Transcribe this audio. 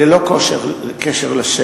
ללא קשר לשאלה: